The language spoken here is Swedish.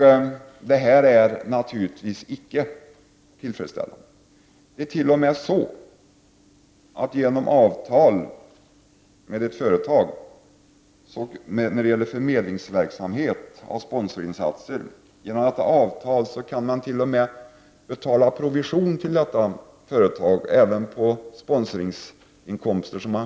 Detta är naturligtvis icke tillfredsställande. Genom avtal med ett företag som förmedlar sponsringsinsatser kan man t.o.m. betala provision till detta företag även på sponsringsinkomster.